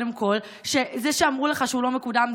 וזה שאמרו לך שהוא לא קודם,